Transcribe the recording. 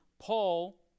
Paul